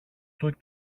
του